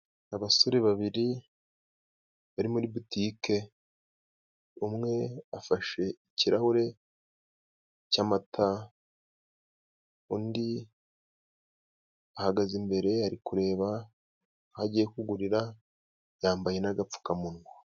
Abasore babiri bari muri butike， umwe afashe ikirahure cy'amata， undi ahagaze imbere， ari kureba ahogiye kugurira， yambaye n'agapfukamunwa.